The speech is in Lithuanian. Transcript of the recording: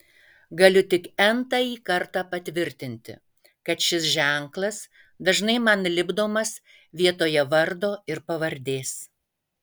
galiu tik n tąjį kartą patvirtinti kad šis ženklas dažnai man lipdomas vietoje vardo ir pavardės